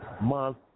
month